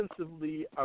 offensively